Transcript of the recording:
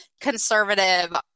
conservative